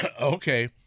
Okay